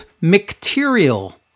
material